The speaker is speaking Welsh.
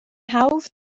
hawdd